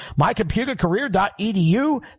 Mycomputercareer.edu